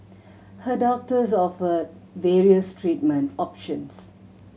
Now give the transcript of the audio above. her doctors offered various treatment options